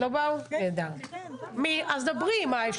בבקשה.